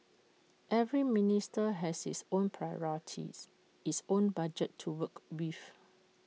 every ministry has its own priorities its own budget to work with